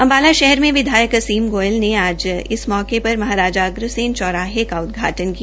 अंबाला शहर में विधायक असीम गोयलनन्यौला ने आज इस मौके पर पर महाराजा अग्रसेन चौराहे का उदघाटन किया